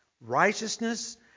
righteousness